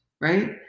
right